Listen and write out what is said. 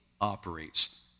operates